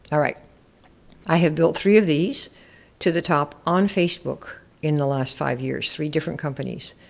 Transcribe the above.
i i have built three of these to the top, on facebook, in the last five years. three different companies.